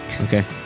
okay